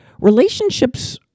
Relationships